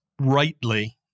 rightly